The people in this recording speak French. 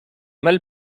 mal